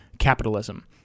capitalism